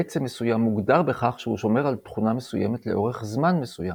עצם מסוים מוגדר בכך שהוא שומר על תכונה מסוימת לאורך זמן מסוים.